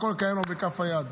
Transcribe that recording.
הכול קיים לו בכף היד.